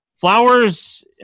Flowers